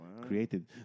created